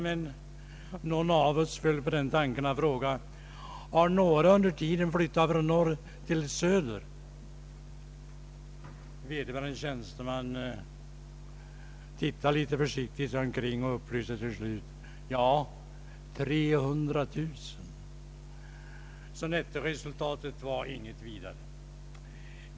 Men någon av oss kom på tanken att fråga om några personer under tiden hade flyttat från norr till söder. Vederbörande tjänsteman tittade sig litet försiktigt omkring och upplyste till slut att 300 000 personer hade flyttat söderut. Så nettoresultatet var inte något vidare.